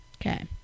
Okay